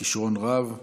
בכישרון רב.